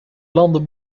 landen